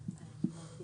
זה נושא דרמטי.